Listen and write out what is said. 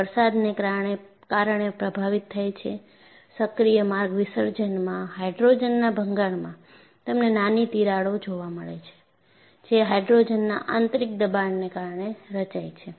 તે વરસાદને કારણે પ્રભાવિત થાય છે સક્રિય માર્ગ વિસર્જનમાં હાઇડ્રોજનના ભંગાણમાં તમને નાની નાની તિરાડો જોવા મળે છે જે હાઇડ્રોજનના આંતરિક દબાણને કારણે રચાય છે